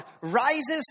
rises